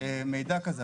מידע כזה,